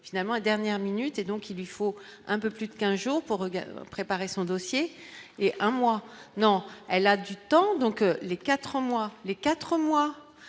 finalement dernière minute et donc il lui faut un peu plus de 15 jours pour regagner préparer son dossier et un mois non, elle a du temps, donc les 4 mois les 4 mois